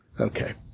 okay